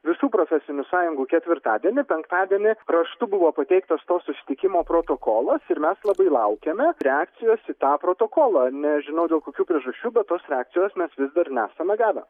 visų profesinių sąjungų ketvirtadienį penktadienį raštu buvo pateiktas to susitikimo protokolas ir mes labai laukiame reakcijos į tą protokolą nežinau dėl kokių priežasčių bet tos reakcijos mes vis dar nesame gavę